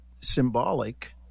symbolic